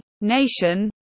nation